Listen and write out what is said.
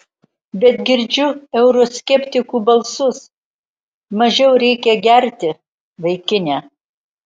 bet girdžiu euroskeptikų balsus mažiau reikia gerti vaikine